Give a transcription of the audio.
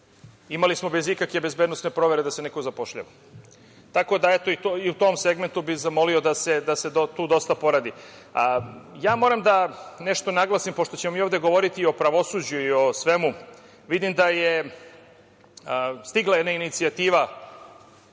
imali smo bez ikakve bezbednosne provere da se neko zapošljava. Tako da, i u tome segmentu bih zamolio da se tu dosta poradi. Moram da nešto naglasim, pošto ćemo mi ovde govoriti i o pravosuđu i o svemu. Vidim da je stigla jedna inicijativa